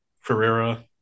Ferreira